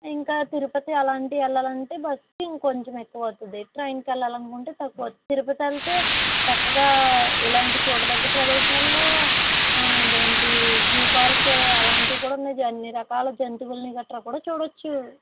ఇంకా తిరుపతి అలాంటివి అలా వెళ్ళాలంటే బస్సుకి ఇంకొంచెం ఎక్కువ అవుతుంది ట్రైన్కి వెళ్ళాలనుకుంటే తక్కువ అవుతుంది తిరుపతి వెళ్తే చక్కగా ఇలాంటి చూడదగ్గ ప్రదేశాల్లో ఇదేంటి జూ పార్క్ అలాంటివి కూడా మీకు అన్ని రకాల జంతువులని గట్ర కూడా చూడవచ్చు